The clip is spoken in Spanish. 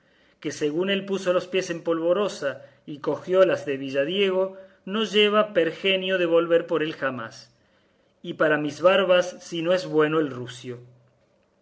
que según él puso los pies en polvorosa y cogió las de villadiego no lleva pergenio de volver por él jamás y para mis barbas si no es bueno el rucio